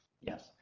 Yes